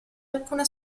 alcuna